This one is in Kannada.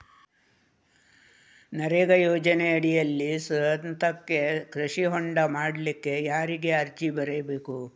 ನರೇಗಾ ಯೋಜನೆಯಡಿಯಲ್ಲಿ ಸ್ವಂತಕ್ಕೆ ಕೃಷಿ ಹೊಂಡ ಮಾಡ್ಲಿಕ್ಕೆ ಯಾರಿಗೆ ಅರ್ಜಿ ಬರಿಬೇಕು?